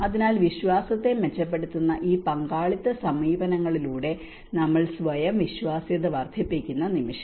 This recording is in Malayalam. അതിനാൽ വിശ്വാസത്തെ മെച്ചപ്പെടുത്തുന്ന ഈ പങ്കാളിത്ത സമീപനങ്ങളിലൂടെ നമ്മൾ സ്വയം വിശ്വാസ്യത വർദ്ധിപ്പിക്കുന്ന നിമിഷം